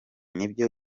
nibyo